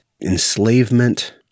enslavement